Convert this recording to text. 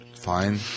Fine